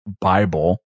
Bible